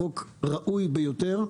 זה חוק ראוי ביותר,